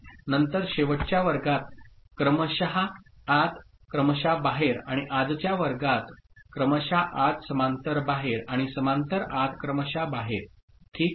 नंतर शेवटच्या वर्गात क्रमशः आत क्रमशः बाहेर आणि आजच्या वर्गात क्रमशः आत समांतर बाहेर आणि समांतर आत क्रमशः बाहेर ठीक